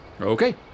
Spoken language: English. Okay